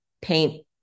paint